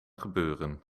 gebeuren